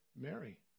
Mary